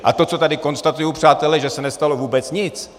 A to, co tady konstatuji, přátelé, že se nestalo vůbec nic.